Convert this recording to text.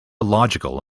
illogical